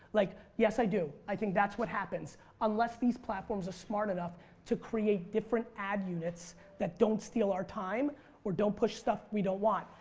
like yes, i do. i think that's what happens unless these platforms are smart enough to create different ad units that don't steal our time or don't push stuff we don't want.